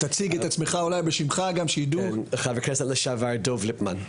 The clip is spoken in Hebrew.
אני חבר הכנסת לשעבר דב ליפמן.